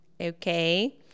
Okay